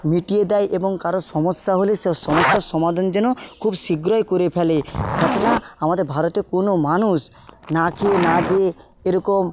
মিটিয়ে দেয় এবং কারো সমস্যা হলে সে সমস্যার সমাধান যেন খুব শীঘ্রই করে ফেলে যাতে না আমাদের ভারতে কোনো মানুষ না খেয়ে না দেয়ে এরকম